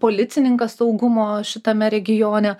policininkas saugumo šitame regione